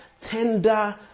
tender